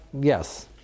Yes